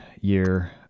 year